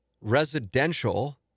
residential